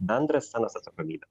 bendra scenos atsakomybe